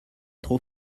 trop